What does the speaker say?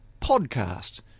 podcast